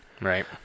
Right